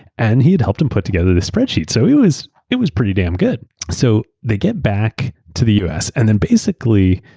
and he'd helped him put together the spreadsheets. so it was it was pretty damn good. so they get back to the us. and basically,